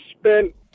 Spent